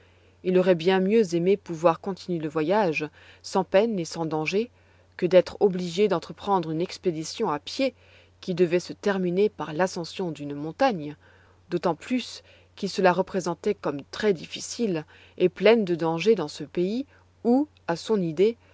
il aurait bien mieux aimé pouvoir continuer le voyage sans peine et sans danger que d'être obligé d'entreprendre une expédition à pied qui devait se terminer par l'ascension d'une montagne d'autant plus qu'il se la représentait comme très difficile et pleine de dangers dans ce pays où à son idée